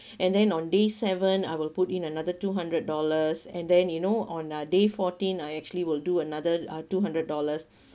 and then on day seven I will put in another two hundred dollars and then you know on uh day fourteen I actually will do another uh two hundred dollars